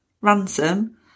ransom